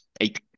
eight